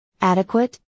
Adequate